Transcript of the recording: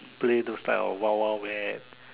play those type of wild Wild wet